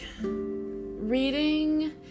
reading